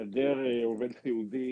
היעדר עובד סיעודי